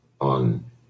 on